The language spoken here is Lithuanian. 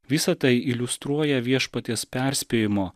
visa tai iliustruoja viešpaties perspėjimo